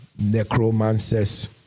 necromancers